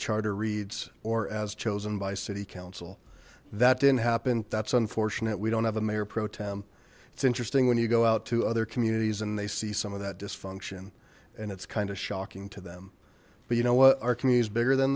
charter reads or as chosen by city council that didn't happen that's unfortunate we don't have a mayor pro tem it's interesting when you go out to other communities and they see some of that dysfunction and it's kind of shocking to them but you know what our community's bigger than